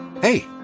Hey